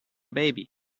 baby